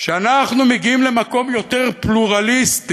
שאנחנו מגיעים למקום יותר פלורליסטי,